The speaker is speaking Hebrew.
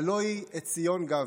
הלוא היא עציון גבר.